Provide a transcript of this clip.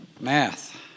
Math